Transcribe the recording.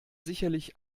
sicherlich